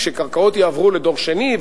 כשקרקעות יועברו לדור שני,